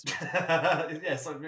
Yes